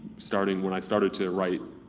starting. when i started to write,